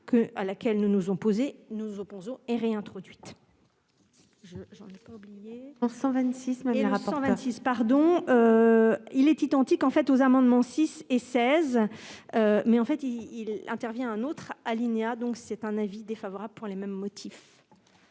à laquelle nous nous opposons, est réintroduite.